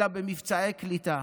אלא במבצעי קליטה.